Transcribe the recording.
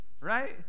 right